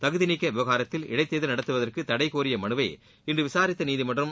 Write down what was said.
தகுதிநீக்க விவகாரத்தில் இடைத்தேர்தல் நடத்துவதற்கு தடை கோரிய மனுவை இன்று விசாரித்த நீதிமன்றம்